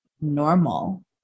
normal